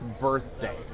birthday